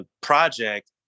project